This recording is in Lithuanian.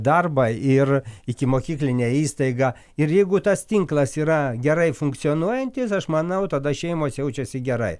darbą ir ikimokyklinę įstaigą ir jeigu tas tinklas yra gerai funkcionuojantis aš manau tada šeimos jaučiasi gerai